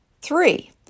three